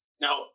now